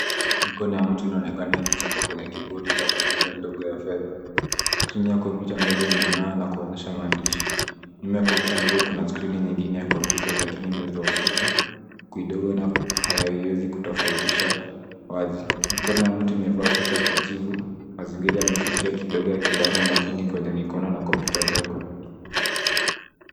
Mikono ya mtu inaonekana ikichapa kwenye kibodi cha kompyuta ndogo ya fedha. Skrini ya kompyuta ndogo inang'aa na kuonyesha maandishi. Nyuma ya kompyuta ndogo kuna skrini nyingine ya kompyuta lakini imedhohofika na haiwezi kutafautisha wazi. Mikono ya mtu imevaa sweta ya kijivu, mazingira yamefifia kidogo yakileta umakini kwenye mikono na kompyuta ndogo.